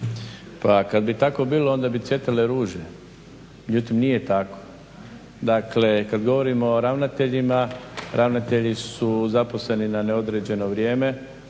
Pa kad bi tako bilo onda bi cvjetale ruže, međutim nije tako. Dakle, kad govorimo o ravnateljima, ravnatelji su zaposleni na neodređeno vrijeme,